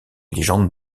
légendes